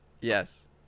Yes